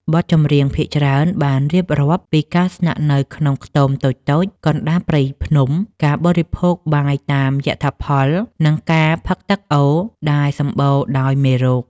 បទចម្រៀងភាគច្រើនបានរៀបរាប់ពីការស្នាក់នៅក្នុងខ្ទមតូចៗ កណ្តាលព្រៃភ្នំ ការបរិភោគបាយតាមយថាផល និងការផឹកទឹកអូរដែលសម្បូរដោយមេរោគ។